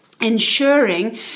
ensuring